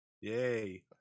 yay